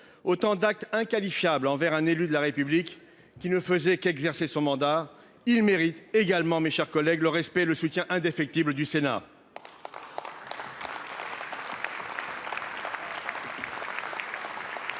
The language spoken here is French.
Autant d'actes inqualifiables envers un élu de la République qui ne faisait qu'exercer son mandat il mérite également mes chers collègues, le respect, le soutien indéfectible du Sénat.